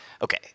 Okay